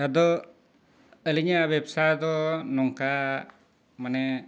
ᱟᱫᱚ ᱟᱹᱞᱤᱧᱟᱜ ᱵᱮᱵᱽᱥᱟ ᱫᱚ ᱱᱚᱝᱠᱟ ᱢᱟᱱᱮ